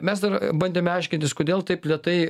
mes dar bandėme aiškintis kodėl taip lėtai